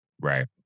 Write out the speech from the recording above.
Right